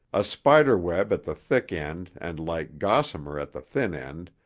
a spiderweb at the thick end and like gossamer at the thin end,